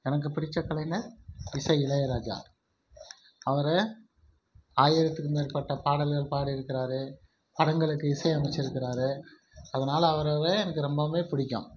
எனக்கு பிடித்த கலைஞர் இசை இளையராஜா அவர் ஆயிரத்துக்கு மேற்பட்ட பாடல்கள் பாடியிருக்குறாரு படங்களுக்கு இசையமைச்சுருக்குறாரு அதனால் அவரே எனக்கு ரொம்பவும் பிடிக்கும்